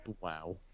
Wow